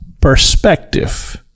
perspective